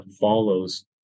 follows